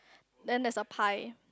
then there's a pie